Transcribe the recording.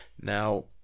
Now